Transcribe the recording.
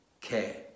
care